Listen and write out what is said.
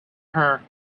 her